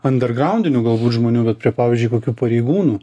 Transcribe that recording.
andergraundinių galbūt žmonių bet prie pavyzdžiui kokių pareigūnų